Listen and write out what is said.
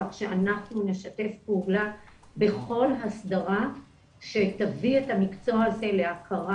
כך שאנחנו נשתף פעולה בכל הסדרה שתביא את המקצוע הזה להכרה